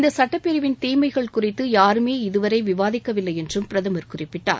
இந்த சுட்டப்பிரிவின் தீமைகள் குறித்து யாருமே இதுவரை விவாதிக்கவில்லை என்றும் பிரதமர் குறிப்பிட்டார்